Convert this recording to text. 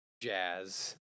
jazz